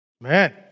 Man